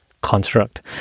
construct